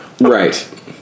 right